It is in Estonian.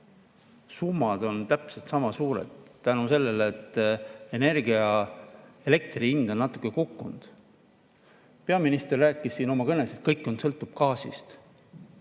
Summad on täpselt sama suured tänu sellele, et elektri hind on natuke kukkunud. Peaminister rääkis siin oma kõnes, et kõik sõltub gaasist.